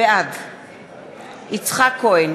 בעד יצחק כהן,